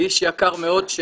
איש יקר מאוד.